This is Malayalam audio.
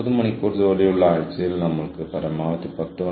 ആ നെറ്റ്വർക്കിന്റെ ഭാഗമാകാൻ നിങ്ങൾ ഇനി ആഗ്രഹിക്കില്ല